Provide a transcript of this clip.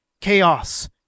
Chaos